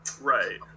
Right